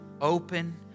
open